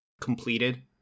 completed